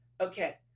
Okay